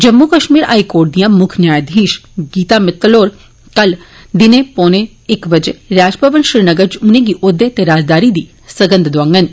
Jammu Kashmir high court दियां मुक्ख न्यायघीश गीता मित्तल होर कल दिनें पौने इक बजे राजभवन श्रीनगर च उनेंगी औहदे ते राजदारी दी सगंध चुकांडन